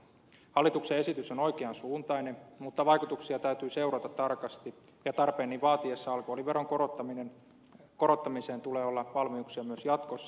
hallituksen esitys on oikean suuntainen mutta vaikutuksia täytyy seurata tarkasti ja tarpeen niin vaatiessa alkoholiveron korottamiseen tulee olla valmiuksia myös jatkossa